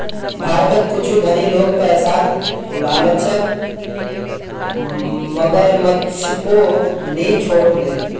भारतत कुछू धनी लोग पैसार लालचत मगरमच्छको नि छोड ले